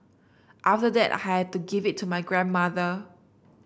after that I had to give it to my grandmother